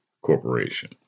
Corporation